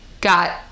got